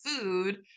food